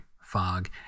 fog